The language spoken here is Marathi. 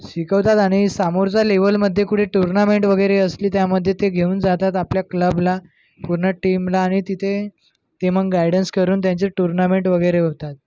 शिकवतात आणि समोरच्या लेव्हलमध्ये कुठे टूर्नामेंट वगैरे असली त्यामध्ये ते घेवून जातात आपल्या क्लबला पूर्ण टीमला आणि तिथे ते मग गायडन्स करून त्यांचे टूर्नामेंट वगैरे होतात